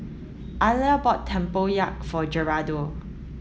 Aliya bought Tempoyak for Gerardo